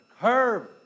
curve